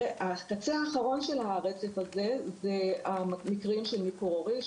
הקצה האחרון של הרצף הזה זה מקרים של ניכור הורי,